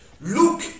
Look